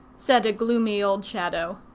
said a gloomy old shadow.